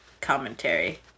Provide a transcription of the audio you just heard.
commentary